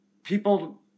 People